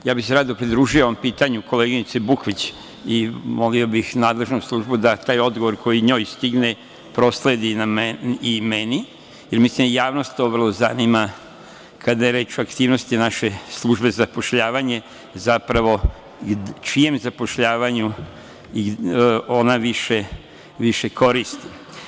Ja bih se rado pridružio ovom pitanju koleginice Bukvić i molio bih nadležnu službu da taj odgovor koji njoj stigne prosledi i meni, jer mislim da javnost to vrlo zanima, kada je reč o aktivnosti naše Službe za zapošljavanje, zapravo čijem zapošljavanju ona više koristi?